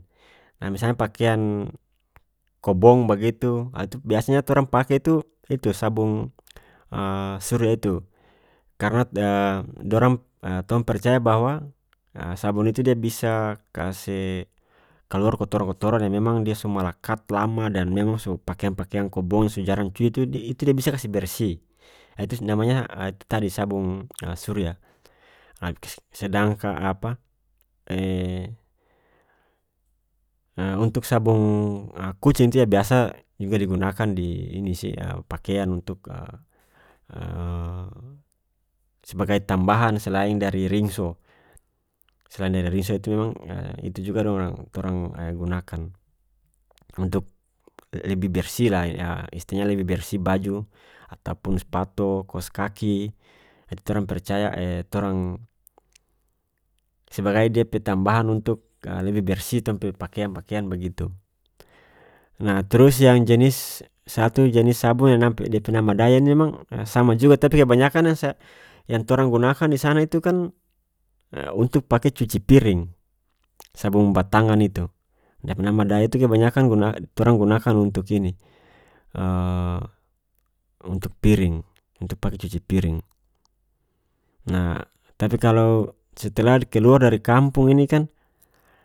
Nah misalnya pakeang kobong bagitu ah itu biasanya torang pake itu-itu sabong surya itu karena dorang tong percaya bahwa sabong itu dia bisa kase kaluar kotoran kotoran yang memang dia so malakat lama dan memang so pakeang pakeang kobong so jarang cuci itu-itu dia bisa kase bersih itu namanya itu tadi sabong surya sedangka apa untuk sabong kucing itu dia biasa juga digunkan di ini sih pakeang untuk sebagai tambahan selain dari rinso selain dari rinso itu memang itu juga dorang-torang gunakan untuk lebih bersih la yah istilahnya lebih bersih baju ataupun spato kos kaki itu torang percaya torang sebagai dia pe tambahan untuk lebih bersih tong pe pakeang pakeang begitu nah trus yang jenis satu jenis sabong yang dia pe nama daya ini memang sama juga tapi kebanyakan yang torang gunakan di sana itu kan untuk pake cuci piring sabong batangan itu dia pe nama daya itu kebanyakan guna-torang gunakan untuk ini untuk piring untuk pake cuci piring nah tapi kalau setelah keluar dari kampong ini kan.